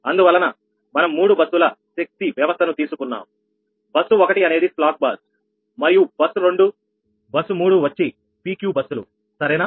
అందువలన మనం మూడు బస్సుల శక్తి వ్యవస్థను తీసుకున్నాం బస్సు 1 అనేది స్లాక్ బస్ మరియు బస్ 2 బస్ 3 వచ్చి PQ బస్సులు సరేనా